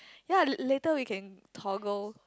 ye later we can toggle